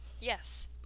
Yes